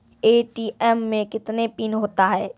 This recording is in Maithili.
ए.टी.एम मे कितने पिन होता हैं?